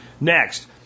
Next